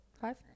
five